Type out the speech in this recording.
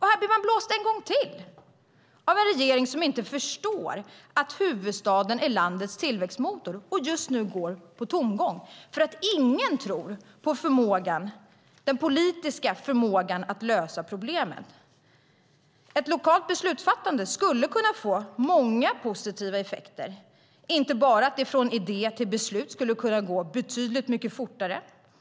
Här blir man blåst en gång till av en regering som inte förstår att huvudstaden är landets tillväxtmotor som just nu går på tomgång för att ingen tror på den politiska förmågan att lösa problemen. Ett lokalt beslutsfattande skulle kunna få många positiva effekter. Det är inte bara det att det skulle kunna gå betydligt mycket fortare från idé till beslut.